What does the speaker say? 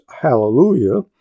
hallelujah